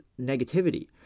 negativity